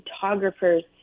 photographers